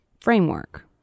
framework